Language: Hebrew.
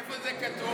איפה זה כתוב?